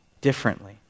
differently